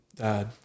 dad